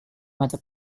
mata